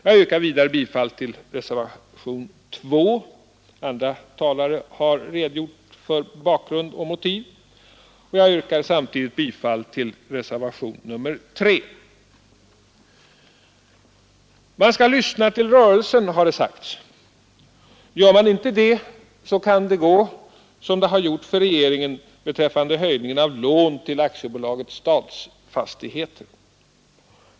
Jag yrkar vidare bifall till reservationen 2 — andra talare har redogjort för bakgrund och motiv —, och jag yrkar samtidigt bifall till reservationen 3: ”Man skall lyssna till rörelsen”, har det sagts. Gör man inte det, kan det gå som det har gjort för regeringen beträffande höjningen av lån till AB Stadsfastigheter.